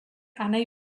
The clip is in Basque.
anai